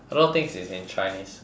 a lot of things is in chinese